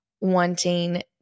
wanting